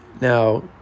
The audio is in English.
Now